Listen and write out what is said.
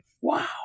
wow